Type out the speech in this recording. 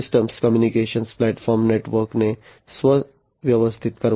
system communication platform નેટવર્કને સ્વ વ્યવસ્થિત કરવા